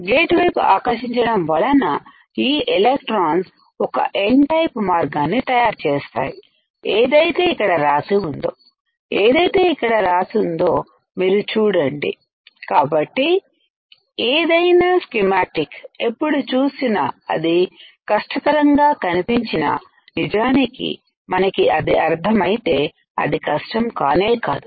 gate వైపు ఆకర్షించడం వలన ఈ ఎలెక్ట్రాన్స్ ఒక Nటైపు మార్గాన్ని తయారుచేస్తాయి ఏదైతే ఇక్కడ రాసి ఉందో ఏదైతే ఇక్కడ రాసుందో మీరు చూడండి కాబట్టి ఏదైనా స్కీమాటిక్ఎప్పుడు చూసినా అది కష్టతరంగా కనిపించినా నిజానికి మనకి అది అర్థం అయితే అదికష్టం కానేకాదు